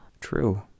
True